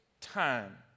time